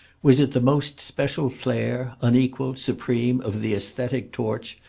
was it the most special flare, unequalled, supreme, of the aesthetic torch,